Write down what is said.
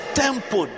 tempo